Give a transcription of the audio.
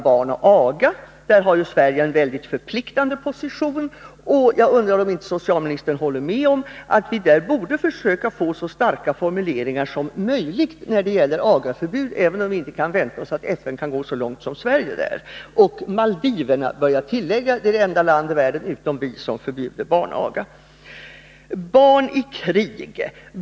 På den punkten har Sverige en mycket förpliktande position, och jag undrar om inte socialministern håller med mig om att vi borde försöka att få så starka formuleringar som möjligt när det gäller agaförbud — även om vi inte kan vänta oss att FN kan gå så långt som Sverige och, vill jag tillägga, Maldiverna, som är det enda landet förutom vårt som förbjuder barnaga. Barn i krig!